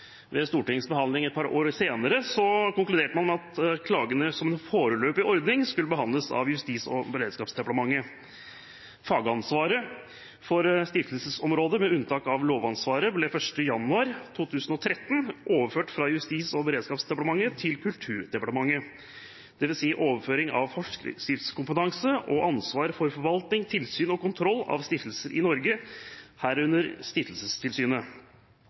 Ved Stortingets behandling et par år senere konkluderte man med at klagene som en foreløpig ordning skulle behandles av Justis- og beredskapsdepartementet. Fagansvaret for stiftelsesområdet, med unntak av lovansvaret, ble 1. januar 2013 overført fra Justis- og beredskapsdepartementet til Kulturdepartementet, dvs. overføring av forskriftskompetanse og ansvar for forvalting, tilsyn og kontroll av stiftelser i Norge, herunder Stiftelsestilsynet.